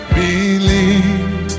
believe